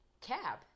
cab